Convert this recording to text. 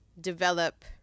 develop